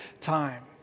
time